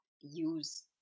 use